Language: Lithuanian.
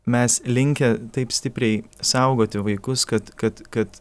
mes linkę taip stipriai saugoti vaikus kad kad kad